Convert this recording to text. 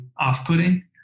off-putting